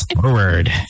forward